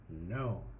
no